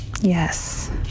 Yes